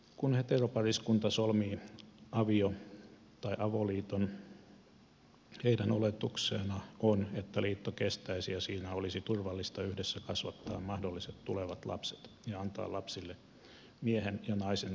kun heteropariskunta solmii avio tai avoliiton heidän oletuksenaan on että liitto kestäisi ja siinä olisi turvallista yhdessä kasvattaa mahdolliset tulevat lapset ja antaa lapsille miehen ja naisen roolimallit